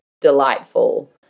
delightful